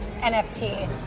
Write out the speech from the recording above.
NFT